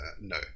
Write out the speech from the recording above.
no